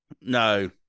no